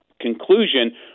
conclusion